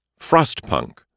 Frostpunk